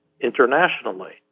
internationally